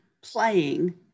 playing